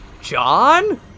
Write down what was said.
John